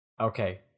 Okay